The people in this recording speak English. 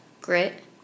grit